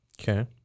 Okay